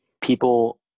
People